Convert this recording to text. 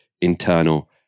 internal